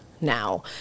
now